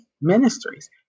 ministries